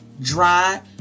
dry